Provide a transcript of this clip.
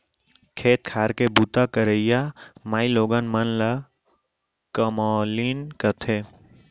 खेत खार के बूता करइया माइलोगन मन ल कमैलिन कथें